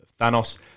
Thanos